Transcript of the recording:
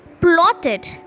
plotted